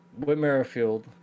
Whitmerfield